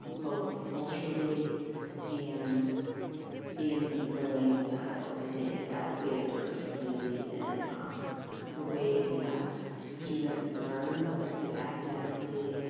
both culturally and in learning styles. i think that we have a diverse community in the way that students learn, whether it be academically,